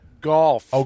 Golf